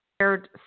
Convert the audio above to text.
shared